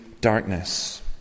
darkness